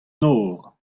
nor